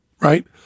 right